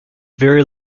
very